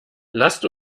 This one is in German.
lass